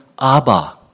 Abba